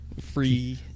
Free